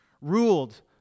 ruled